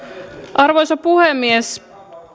arvoisa puhemies